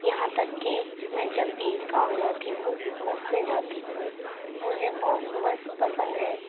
یہاں تک کہ میں جب بھی گاؤں جاتی ہوں بس سے جاتی ہوں مجھے بوس بس پسند ہے